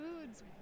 Foods